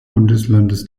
bundeslandes